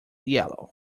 yellow